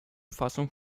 fassung